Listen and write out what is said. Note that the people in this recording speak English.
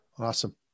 Awesome